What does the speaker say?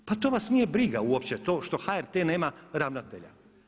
Pa to vas nije briga uopće to što HRT nema ravnatelja.